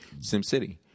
SimCity